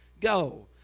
go